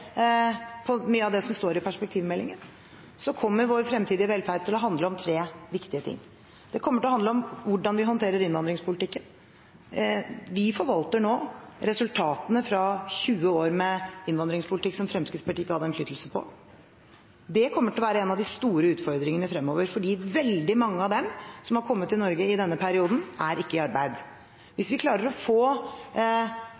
på mye av det som står i perspektivmeldingen, kommer vår fremtidige velferd til å handle om tre viktige ting: Det kommer til å handle om hvordan vi håndterer innvandringspolitikken. Vi forvalter nå resultatene av 20 år med en innvandringspolitikk som Fremskrittspartiet ikke har hatt innflytelse på. Det kommer til å være en av de store utfordringene fremover, fordi veldig mange av dem som har kommet til Norge i denne perioden, ikke er i arbeid.